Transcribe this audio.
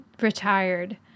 retired